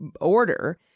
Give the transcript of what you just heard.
order